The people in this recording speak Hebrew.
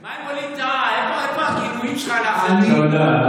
מה עם ווליד טאהא, איפה הגינויים שלך, תודה.